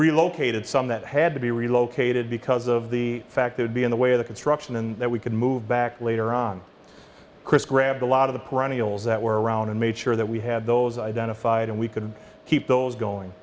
relocated some that had to be relocated because of the fact they would be in the way of the construction and that we could move back later on chris grabbed a lot of the perennials that were around and made sure that we had those identified and we could keep those going